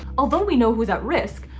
although we know who is at risk,